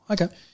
okay